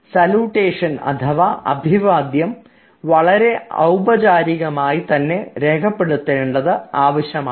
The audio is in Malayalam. സലൂടേഷൻ അഥവാ അഭിവാദ്യം വളരെ ഔപചാരികമായി തന്നെ രേഖപ്പെടുത്തേണ്ടത് ആവശ്യമാണ്